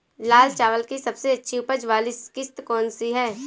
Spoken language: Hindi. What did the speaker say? लाल चावल की सबसे अच्छी उपज वाली किश्त कौन सी है?